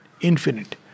Infinite